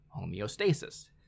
homeostasis